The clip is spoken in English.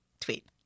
tweet